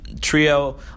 trio